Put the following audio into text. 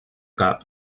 cap